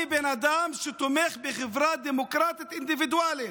אני בן אדם שתומך בחברה דמוקרטית אינדיבידואלית,